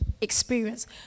experience